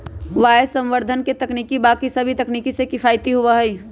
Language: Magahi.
वायवसंवर्धन के तकनीक बाकि सभी तकनीक से किफ़ायती होबा हई